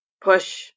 push